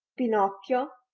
pinocchio,